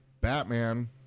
Batman